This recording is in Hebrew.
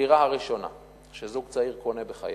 הדירה הראשונה שזוג צעיר קונה בחייו,